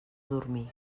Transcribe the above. dormir